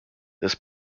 this